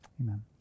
amen